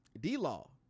D-Law